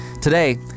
Today